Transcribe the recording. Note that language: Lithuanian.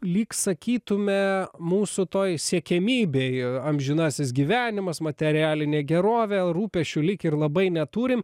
lyg sakytume mūsų toj siekiamybėj amžinasis gyvenimas materialinė gerovė rūpesčių lyg ir labai neturim